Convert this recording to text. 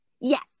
yes